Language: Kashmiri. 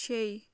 شیےٚ